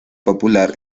popular